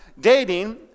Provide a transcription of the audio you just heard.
dating